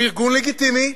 הוא ארגון לגיטימי,